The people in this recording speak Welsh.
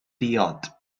diod